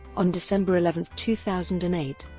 on december eleven, two thousand and eight,